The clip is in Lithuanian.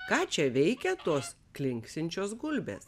ką čia veikia tos klinksinčios gulbės